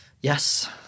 Yes